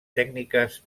tècniques